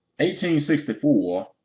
1864